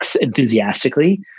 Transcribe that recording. enthusiastically